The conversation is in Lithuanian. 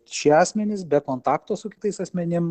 šie asmenys be kontakto su kitais asmenim